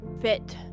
fit